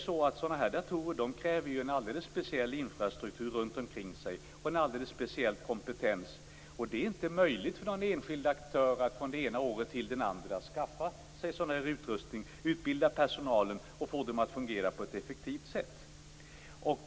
Sådana här datorer kräver en alldeles speciell infrastruktur runt omkring sig och en alldeles speciell kompetens, och det är inte möjligt för någon enskild aktör att från det ena året till det andra skaffa sig sådan här utrustning, utbilda personalen och få det att fungera på ett effektivt sätt.